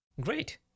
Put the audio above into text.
Great